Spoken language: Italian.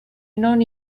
non